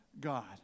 God